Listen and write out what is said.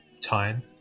time